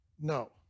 no